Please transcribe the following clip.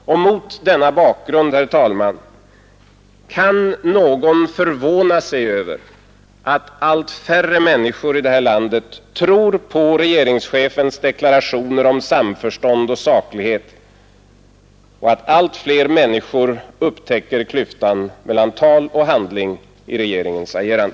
Mot denna bakgrund, herr talman, kan någon förvåna sig över att allt färre människor i det här landet tror på regeringschefens deklarationer om samförstånd och saklighet och att allt fler människor upptäcker klyftan mellan tal och handling i regeringens agerande?